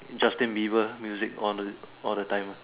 Justin-Bieber music on the all the time ah